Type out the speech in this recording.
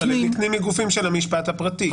אבל הם נקנים מגופים של המשפט הפרטי.